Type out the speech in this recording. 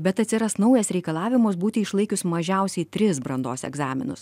bet atsiras naujas reikalavimas būti išlaikius mažiausiai tris brandos egzaminus